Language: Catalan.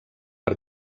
per